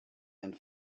and